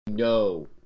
No